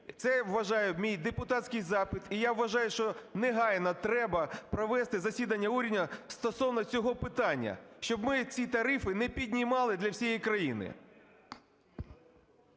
Це, я вважаю, мій депутатський запит. І я вважаю, що негайно треба провести засідання уряду стосовного цього питання, щоб ми ці тарифи не піднімали для всієї країни.